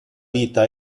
vita